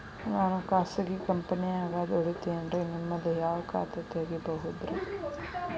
ನಾನು ಖಾಸಗಿ ಕಂಪನ್ಯಾಗ ದುಡಿತೇನ್ರಿ, ನಿಮ್ಮಲ್ಲಿ ಯಾವ ಖಾತೆ ತೆಗಿಬಹುದ್ರಿ?